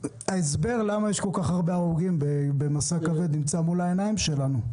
ההסבר למה יש כל כך הרבה הרוגים במשא כבד נמצא מול העיניים שלנו.